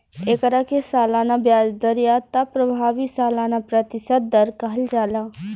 एकरा के सालाना ब्याज दर या त प्रभावी सालाना प्रतिशत दर कहल जाला